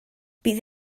bydd